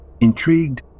Intrigued